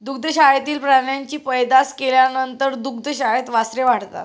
दुग्धशाळेतील प्राण्यांची पैदास केल्यानंतर दुग्धशाळेत वासरे वाढतात